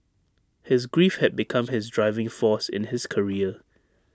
his grief had become his driving force in his career